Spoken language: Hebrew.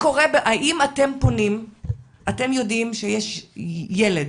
האם אתם יודעים שיש ילד